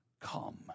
come